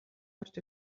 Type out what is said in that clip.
орж